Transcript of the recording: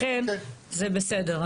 לכן זה בסדר,